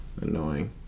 annoying